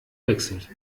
wechselt